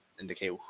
indicate